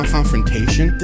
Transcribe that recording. Confrontation